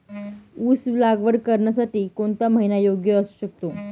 ऊस लागवड करण्यासाठी कोणता महिना योग्य असू शकतो?